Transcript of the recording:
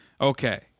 Okay